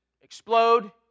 explode